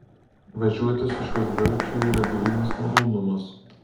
važiuoti su šiuo dviračiu yra grynas malonumas